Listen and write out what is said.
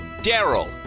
Daryl